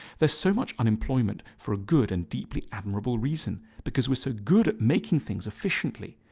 there's so much unemployment for a good and deeply admirable reason because we're so good at making things efficiently.